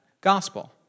gospel